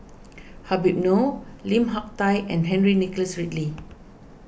Habib Noh Lim Hak Tai and Henry Nicholas Ridley